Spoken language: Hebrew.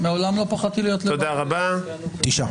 איפה כולם?